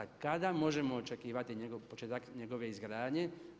Kada možemo očekivati početak njegove izgradnje?